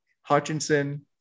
Hutchinson